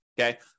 Okay